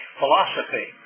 philosophy